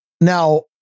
now